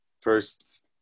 first